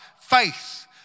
Faith